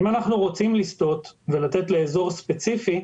אם אנחנו רוצים לסטות ולתת לאזור ספציפי,